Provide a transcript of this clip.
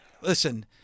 Listen